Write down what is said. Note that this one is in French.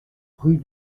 rue